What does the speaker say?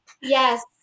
yes